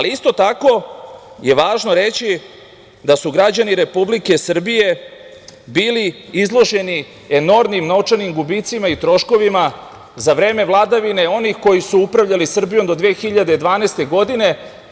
Isto tako je važno reći da su građani Republike Srbije bili izloženi enormnim novčanim gubicima i troškovima za vreme vladavine onih koji su upravljali Srbijom do 2012. godine.